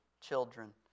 Children